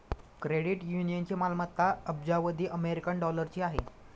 credit युनियनची मालमत्ता अब्जावधी अमेरिकन डॉलरची आहे